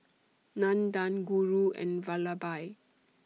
Nandan Guru and Vallabhbhai